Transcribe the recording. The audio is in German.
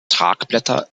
tragblätter